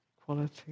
quality